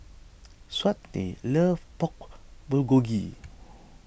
Shawnte loves Pork Bulgogi